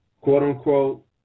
quote-unquote